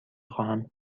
خواهم